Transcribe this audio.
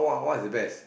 what is best